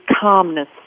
calmness